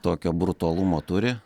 tokio brutalumo turi